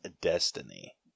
Destiny